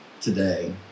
today